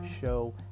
show